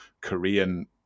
Korean